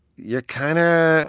you're kind of. and